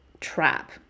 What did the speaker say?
trap